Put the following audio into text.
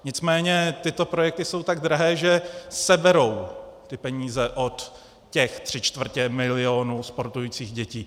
Nicméně tyto projekty jsou tak drahé, že seberou peníze od toho tři čtvrtě milionu sportujících dětí.